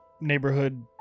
neighborhood